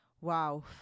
wow